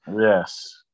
Yes